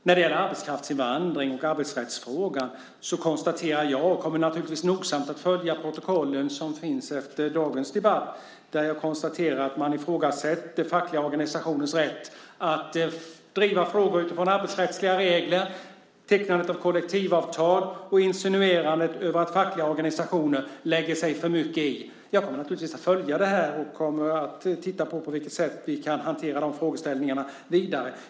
När det gäller arbetskraftsinvandring och arbetsrättsfrågan konstaterar jag - jag kommer naturligtvis att nogsamt följa det protokoll som finns efter dagens debatt - att man ifrågasätter fackliga organisationers rätt att driva frågor utifrån arbetsrättsliga regler och tecknande av kollektivavtal och insinuerar att fackliga organisationer lägger sig i för mycket. Jag kommer naturligtvis att följa det här och kommer att titta på på vilket sätt vi kan hantera de frågeställningarna vidare.